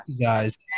Guys